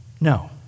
No